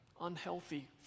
unhealthy